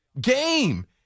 Game